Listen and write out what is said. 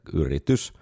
yritys